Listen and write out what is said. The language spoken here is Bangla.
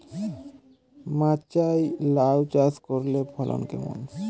মাচায় লাউ চাষ করলে ফলন কেমন?